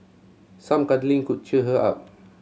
some cuddling could cheer her up